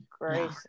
great